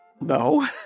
No